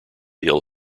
ill